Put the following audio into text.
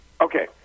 Okay